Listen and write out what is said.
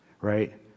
right